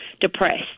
depressed